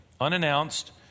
unannounced